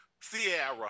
Sierra